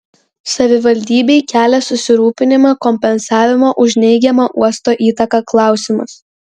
savivaldybei kelia susirūpinimą kompensavimo už neigiamą uosto įtaką klausimas